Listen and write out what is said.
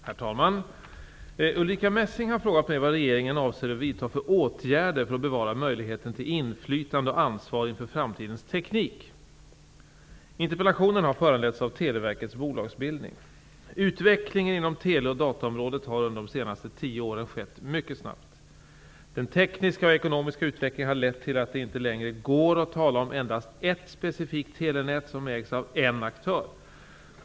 Herr talman! Ulrica Messing har frågat mig vad regeringen avser att vidta för åtgärder för att bevara möjligheten till inflytande och ansvar inför framtidens teknik. Interpellationen har föranletts av Televerkets bolagsbildning. Utvecklingen inom tele och dataområdet har under de senaste tio åren skett mycket snabbt. Den tekniska och ekonomiska utvecklingen har lett till att det inte längre går att tala om endast ett specifikt telenät som ägs av en aktör.